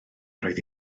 roedd